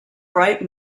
bright